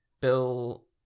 Bill